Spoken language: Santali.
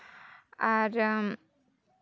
ᱟᱨ